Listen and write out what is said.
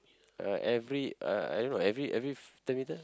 uh every uh I don't know every every ten meter